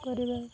କରିବ